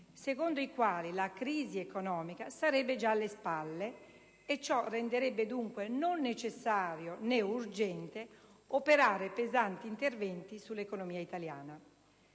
secondo i quali la crisi economica sarebbe già alle spalle e ciò renderebbe dunque non necessario né urgente operare pesanti interventi sull'economia italiana.